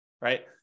Right